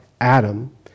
Adam